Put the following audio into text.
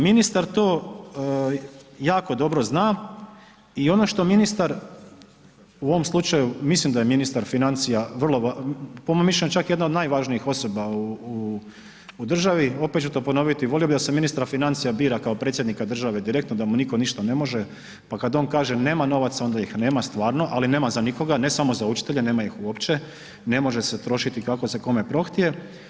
Ministar to jako dobro zna i ono što ministar u ovom slučaju mislim da je ministar financija po mom mišljenju čak jedna od najvažnijih osoba u državi, opet ću to ponoviti volio bih da se ministra financija bira kao predsjednika države direktno da mu nitko ništa ne može, pa kada on kaže nema novaca onda ih nema stvarno, ali nema za nikoga, a ne samo za učitelja, nema ih uopće, ne može se trošiti kako se kome prohtje.